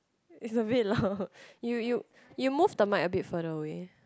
is a bit loud you you you move the mic a bit further away